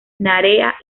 narea